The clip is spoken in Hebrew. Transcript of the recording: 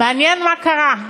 מעניין מה קרה.